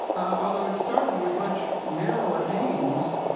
although it started with much narrower aims